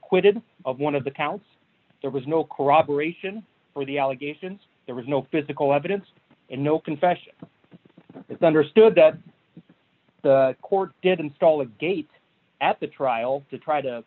acquitted of one of the counts there was no corroboration for the allegations there was no physical evidence and no confession it's understood that the court did install a gate at the trial to try to